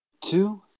two